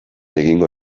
egingo